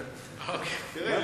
תראה,